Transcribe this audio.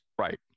Right